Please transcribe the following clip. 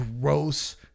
gross